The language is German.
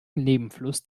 nebenfluss